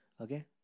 Okay